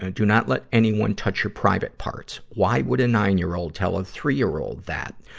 and do not let anyone touch your private parts. why would a nine-year-old tell a three-year-old that?